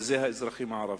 וזה האזרחים הערבים.